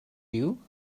you